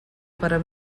para